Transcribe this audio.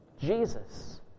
Jesus